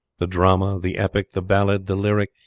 the drama, the epic, the ballad, the lyric,